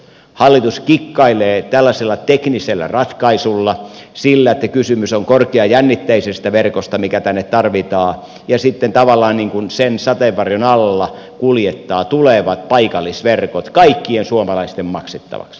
hallitus kikkailee tällaisella teknisellä ratkaisulla sillä että kysymys on korkeajännitteisestä verkosta mikä tänne tarvitaan ja sitten tavallaan sen sateenvarjon alla kuljettaa tulevat paikallisverkot kaikkien suomalaisten maksettavaksi